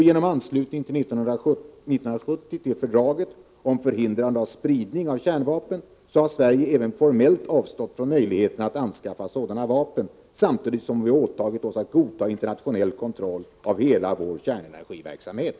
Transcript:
Genom anslutning år 1970 till fördraget om förhindrande av spridning av kärnvapen har Sverige även formellt avstått från möjligheten att anskaffa kärnvapen, samtidigt som vi har åtagit oss att godta internationell kontroll över hela vår kärnenergiverksamhet.